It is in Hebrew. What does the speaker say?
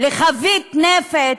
לחבית נפץ,